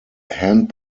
hand